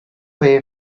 way